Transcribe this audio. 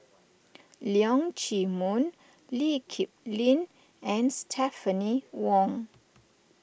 Leong Chee Mun Lee Kip Lin and Stephanie Wong